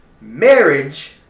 Marriage